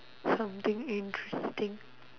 something interesting